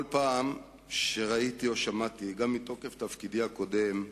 כל פעם שראיתי או שמעתי, גם מתוקף תפקידי הקודם,